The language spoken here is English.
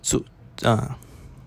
是这样 ah